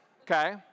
okay